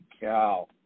cow